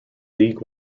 league